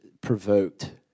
provoked